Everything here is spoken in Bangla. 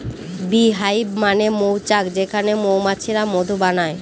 বী হাইভ মানে মৌচাক যেখানে মৌমাছিরা মধু বানায়